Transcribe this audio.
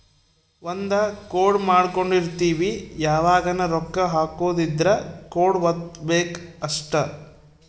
ಒಂದ ಕೋಡ್ ಮಾಡ್ಕೊಂಡಿರ್ತಿವಿ ಯಾವಗನ ರೊಕ್ಕ ಹಕೊದ್ ಇದ್ರ ಕೋಡ್ ವತ್ತಬೆಕ್ ಅಷ್ಟ